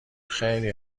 خیلی